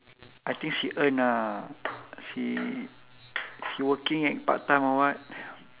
I think she earn ah she she working at part time or what